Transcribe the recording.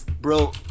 Bro